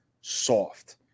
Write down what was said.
soft